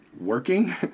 working